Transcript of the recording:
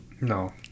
No